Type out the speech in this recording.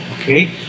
Okay